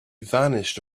vanished